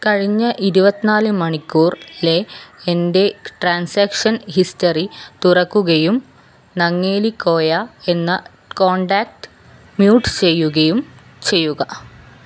കഴിഞ്ഞ ഇരുപത്തിനാല് മണിക്കൂറിലെ എൻ്റെ ട്രാൻസാക്ഷൻ ഹിസ്റ്ററി തുറക്കുകയും നങ്ങേലിക്കോയ എന്ന കോൺടാക്ട് മ്യൂട്ട് ചെയ്യുകയും ചെയ്യുക